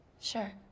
Sure